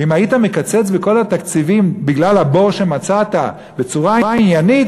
ואם היית מקצץ בכל התקציבים בגלל הבור שמצאת בצורה עניינית